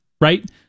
right